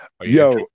Yo